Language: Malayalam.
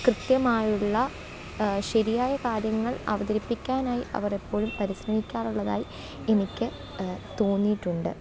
കൃത്യമായുള്ള ശരിയായകാര്യങ്ങൾ അവതരിപ്പിക്കാനായി അവരെപ്പോഴും പരിശ്രമിക്കാറുള്ളതായി എനിക്ക് തോന്നിയിട്ടുണ്ട്